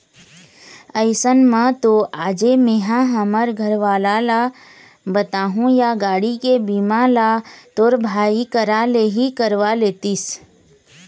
अइसन म तो आजे मेंहा हमर घरवाला ल बताहूँ या गाड़ी के बीमा ल तोर भाई करा ले ही करवा लेतिस